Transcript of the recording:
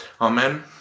Amen